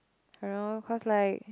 around cause like